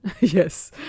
yes